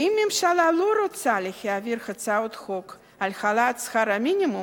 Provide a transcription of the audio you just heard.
ואם הממשלה לא רוצה להעביר הצעות חוק על העלאת שכר המינימום,